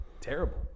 terrible